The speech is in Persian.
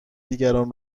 دیگران